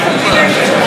בבקשה, עשר דקות לרשותך.